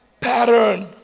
pattern